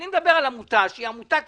אני מדבר על עמותה שהיא עמותה קיצונית,